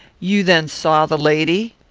you then saw the lady?